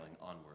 onward